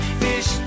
fish